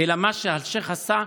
אלא שמה שאלשייך עשה,